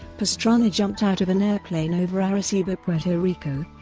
pastrana jumped out of an airplane over arecibo, puerto rico,